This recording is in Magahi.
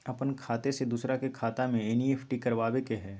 अपन खाते से दूसरा के खाता में एन.ई.एफ.टी करवावे के हई?